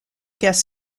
guest